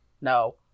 no